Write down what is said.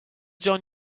join